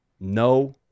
No